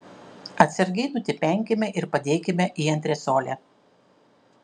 atsargiai nutipenkime ir padėkite į antresolę